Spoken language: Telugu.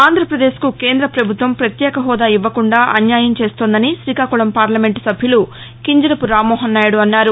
ఆంధ్రప్రదేశ్కు కేంద్ర ప్రభుత్వం ప్రత్యేక హోదా ఇవ్వకుండా అన్యాయం చేస్తోందని శ్రీకాకుళం పార్లమెంటు సభ్యులు కింజరాపు రామ్మోహన్ నాయుడు అన్నారు